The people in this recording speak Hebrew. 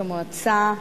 ראש המועצה,